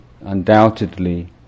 undoubtedly